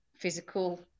physical